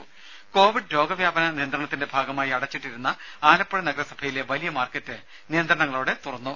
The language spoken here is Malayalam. രുമ കോവിഡ് രോഗവ്യാപനനിയന്ത്രണത്തിന്റെ ഭാഗമായി അടച്ചിട്ടിരുന്ന ആലപ്പുഴ നഗരസഭയിലെ വലിയ മാർക്കറ്റ് നിയന്ത്രണങ്ങളോടെ തുറന്നു